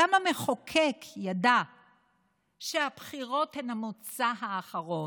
גם המחוקק ידע שהבחירות הן המוצא האחרון.